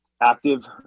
active